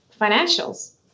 financials